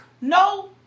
no